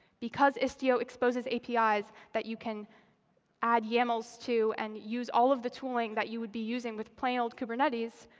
because istio exposes apis that you can add yamls to and use all of the tooling that you would be using with plain old kubernetes,